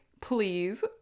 please